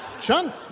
Chun